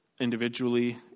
individually